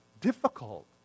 difficult